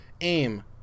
aim